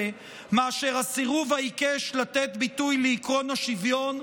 מאשר הסירוב העיקש לתת ביטוי לעקרון השוויון,